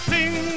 Sing